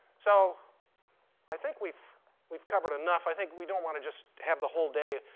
so i think we've we've covered enough. i think we don't want to just have the whole day,